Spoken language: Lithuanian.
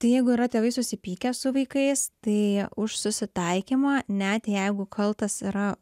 tai jeigu yra tėvai susipykę su vaikais tai už susitaikymą net jeigu kaltas yra